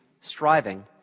striving